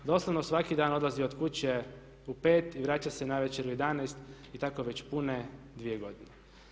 Doslovno svaki dan odlazi od kuće u 5 i vraća se navečer u 11 i tako već pune 2 godine.